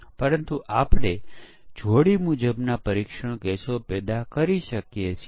હવે ચાલો આપણે એકમ પરીક્ષણની ચર્ચા શરૂ કરીએ